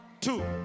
two